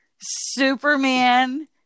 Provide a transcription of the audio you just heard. Superman